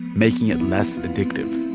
making it less addictive